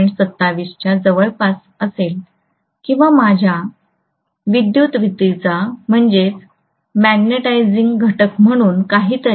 27 च्या जवळपास असेल किंवा माझ्या विद्युत्विधीचा घटक म्हणून काहीतरी